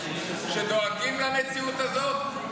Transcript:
שדואגים למציאות הזאת,